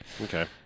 Okay